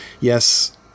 yes